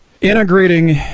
integrating